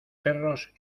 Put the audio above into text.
perros